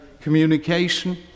communication